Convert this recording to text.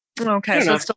Okay